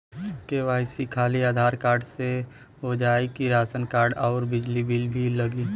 KYC खाली Aadhaar card से हो जाए कि राशन कार्ड अउर बिजली बिल भी लगी?